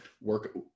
work